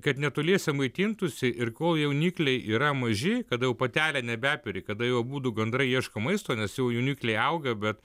kad netoliese maitintųsi ir kol jaunikliai yra maži kada jau patelė nebeperi kada jau abudu gandrai ieško maisto nes jų jaunikliai auga bet